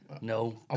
no